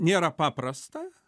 nėra paprasta